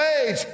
age